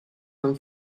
one